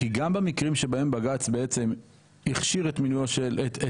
כי גם במקרים שבהם בג"צ הכשיר את החלטתו